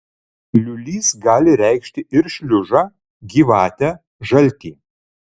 liūlys gali reikšti ir šliužą gyvatę žaltį